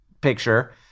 picture